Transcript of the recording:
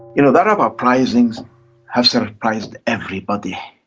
you know, the arab uprisings have surprised everybody.